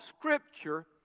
scripture